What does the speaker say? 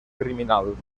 criminal